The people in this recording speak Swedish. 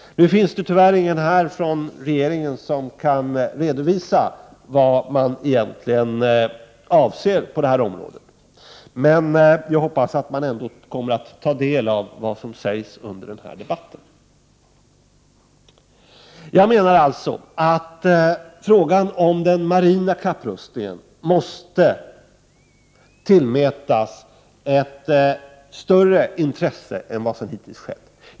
Nu finns det tyvärr ingen representant från regeringen här, som skulle kunna redovisa vad man egentligen avser på detta område. Jag hoppas dock att man ändå kommer att ta del av vad som sägs under den här debatten. Jag menar således att frågan om den marina kapprustningen måste tillmätas ett större intresse än vad som hittills har skett.